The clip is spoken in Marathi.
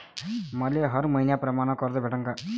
मले हर मईन्याप्रमाणं कर्ज भेटन का?